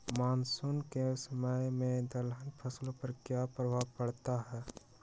Monsoon के समय में दलहन फसलो पर क्या प्रभाव पड़ता हैँ?